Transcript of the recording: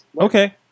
Okay